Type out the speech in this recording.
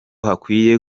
hakwiye